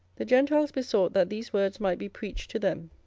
the gentiles besought that these words might be preached to them